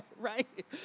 right